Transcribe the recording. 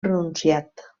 pronunciat